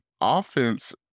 offense